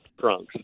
trunks